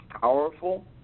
powerful